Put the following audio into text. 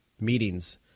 meetings